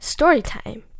Storytime